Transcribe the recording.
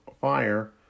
fire